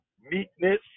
meekness